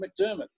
McDermott